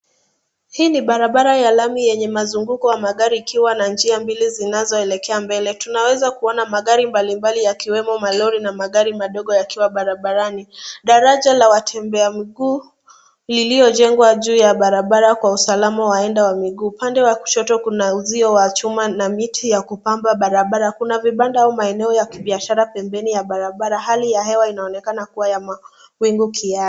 Hii ni barabara ya lami yenye mazunguko wa magari ,ikiwa na njia mbili zinazoelekea mbele. Tunaweza kuona magari mbali mbali yakiwemo malori na magari madogo yakiwa barabarani. Daraja la watembea mguu lililojengwa juu ya barabara kwa usalama wa waenda mguu. Upande wa kushoto kuna uzio wa chuma na miti ya kupamba barabara, kuna vibanda au maeneo ya kibiashara pembeni. Hali ya hewa inaonekana kuwa ya mawingu kiasi.